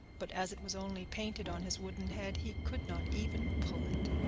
but as it was only painted on his wooden head, he could not even pull it.